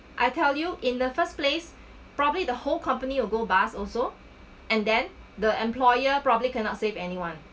I tell you in the first place probably the whole company will go bust also and then the employer probably cannot save anyone